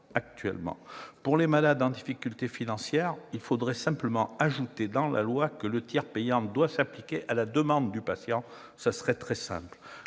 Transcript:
à 70 %. Pour les malades en difficulté financière, il faudrait simplement ajouter dans la loi que le tiers payant doit s'appliquer à la demande du patient. Ce serait très simple